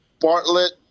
Bartlett